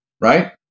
right